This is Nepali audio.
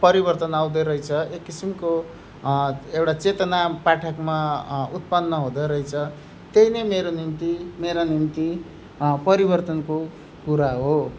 परिवर्तन आउँदा रहेछ एक किसिमको एउटा चेतना पाठकमा उत्पन्न हुँदा रहेछ त्यही नै मेरो निम्ति मेरो निम्ति परिवर्तनको कुरा हो